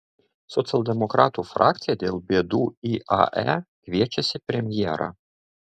socialdemokratų frakcija dėl bėdų iae kviečiasi premjerą